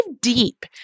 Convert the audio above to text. deep